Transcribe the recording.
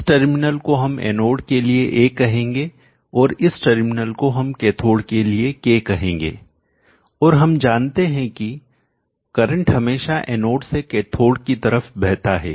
इस टर्मिनल को हम एनोड के लिए A कहेंगे और इस टर्मिनल को हम कैथोड के लिए K कहेंगेऔर हम जानते हैं कि करंट हमेशा एनोड से कैथोड की तरफ बहता है